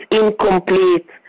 incomplete